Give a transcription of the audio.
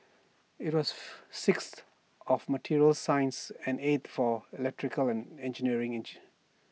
IT was sixth of materials science and eighth for electrical and engineering inch